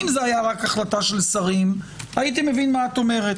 אם זה היה רק החלטה של שרים הייתי מבין מה את אומרת.